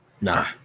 Nah